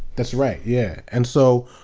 that's right, yeah. and so,